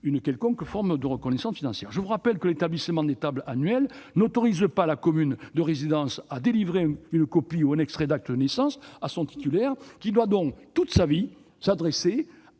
une quelconque forme de reconnaissance financière. Je rappelle que l'établissement des tables annuelles de l'état civil n'autorise pas la commune de résidence à délivrer une copie ou un extrait d'acte de naissance à la personne intéressée, qui doit donc, toute sa vie, s'adresser